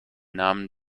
namen